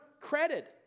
credit